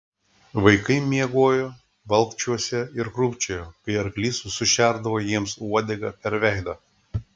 vaikai miegojo valkčiuose ir krūpčiojo kai arklys sužerdavo jiems uodega per veidą